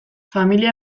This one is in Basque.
familia